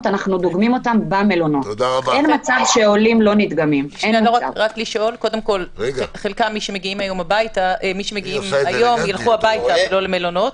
גם קבוצות העולים שהגיעו רק מי שרצה ללכת למלון,